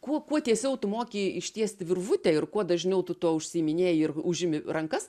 kuo kuo tiesiau tu moki ištiesti virvutę ir kuo dažniau tu tuo užsiiminėji ir užimi rankas